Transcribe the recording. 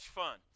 fun